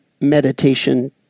meditation